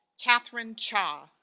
catherine chia.